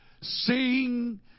Sing